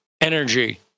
energy